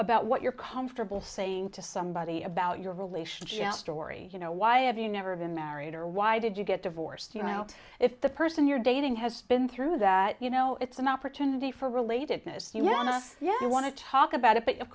about what you're comfortable saying to somebody about your relationship story you know why have you never been married or why did you get divorced you know if the person you're dating has been through that you know it's an opportunity for relatedness you know in the us yes you want to talk about it but of